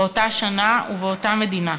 באותה שנה ובאותה מדינה,